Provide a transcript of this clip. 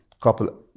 couple